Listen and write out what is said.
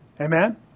Amen